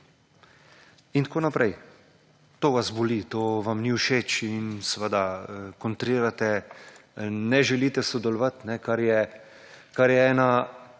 in tako naprej. To vas boli, to vam ni všeč in seveda kontrirate, ne želite sodelovat, kar je ena